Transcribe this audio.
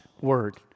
Word